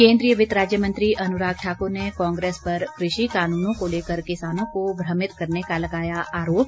केन्द्रीय वित्त राज्य मंत्री अनुराग ठाकुर ने कांग्रेस पर कृषि कानूनों को लेकर किसानों को भ्रमित करने का लगाया आरोप